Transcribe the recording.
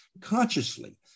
consciously